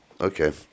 Okay